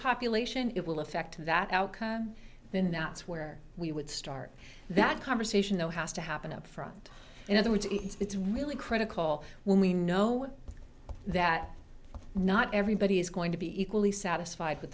population it will affect that outcome then now it's where we would start that conversation though has to happen up front in other words it's really critical when we know that not everybody is going to be equally satisfied with